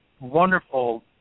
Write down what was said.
wonderful